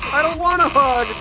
i don't want a hug!